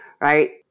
right